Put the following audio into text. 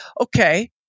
okay